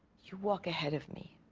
you walk ahead of me.